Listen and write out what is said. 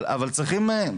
אבל צריכים,